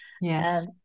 Yes